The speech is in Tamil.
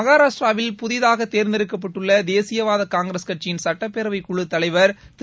மகாராஷ்டிராவில் புதிதாக தேர்ந்தெடுக்கப்பட்டுள்ள தேசியவாத காங்கிரஸ் கட்சியின் சுட்டப்பேரவைக் குழுத் தலைவா் திரு